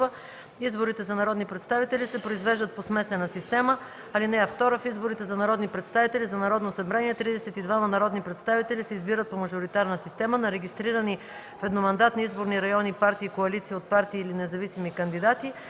Изборите за народни представители се произвеждат по смесена система. (2) В изборите за народни представители за Народно събрание тридесет и двама народни представители се избират по мажоритарна система на регистрирани в едномандатни изборни райони партии, коалиции от партии или независими кандидати,